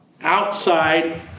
outside